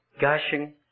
gushing